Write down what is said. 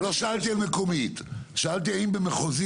לא שאלתי על מקומית, שאלתי האם במחוזית.